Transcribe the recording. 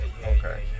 Okay